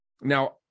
now